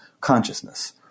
consciousness